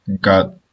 got